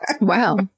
Wow